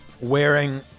wearing